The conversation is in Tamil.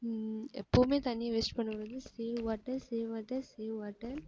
எப்பவுமே தண்ணியை வேஸ்ட் பண்ணக்கூடாது save water save water save water